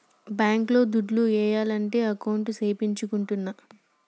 bank లో దుడ్లు ఏయాలంటే అకౌంట్ సేపిచ్చుకుంటాన్న